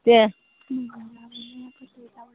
दे